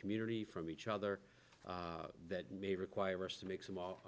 community from each other that may require us to make small